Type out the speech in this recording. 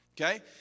Okay